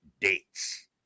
dates